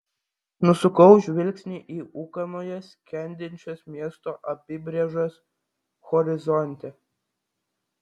nusukau žvilgsnį į ūkanoje skendinčias miesto apybrėžas horizonte